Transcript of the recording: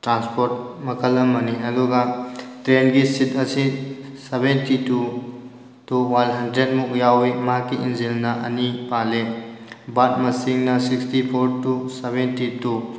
transport ꯃꯈꯜ ꯑꯃꯅꯤ ꯑꯗꯨꯒ ꯇ꯭ꯔꯦꯟꯒꯤ ꯁꯤꯠ ꯑꯁꯤ seventy two to one hundred ꯃꯨꯛ ꯌꯥꯎꯋꯤ ꯃꯍꯥꯛꯀꯤ ꯏꯖꯤꯟꯅ ꯑꯅꯤ ꯄꯥꯜꯂꯦ ꯕꯥꯔꯠ ꯃꯁꯤꯡꯅ sixty four to seventy two